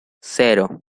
cero